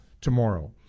tomorrow